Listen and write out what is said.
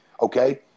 Okay